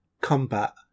Combat